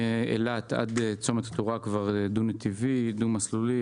מאילת עד צומת קטורה כבר דו-נתיבי, דו-מסלולי.